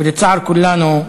ולצער כולנו,